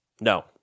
No